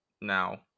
now